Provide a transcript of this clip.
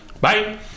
Bye